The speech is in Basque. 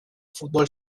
futbol